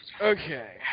Okay